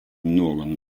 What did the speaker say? någon